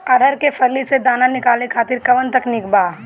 अरहर के फली से दाना निकाले खातिर कवन तकनीक बा का?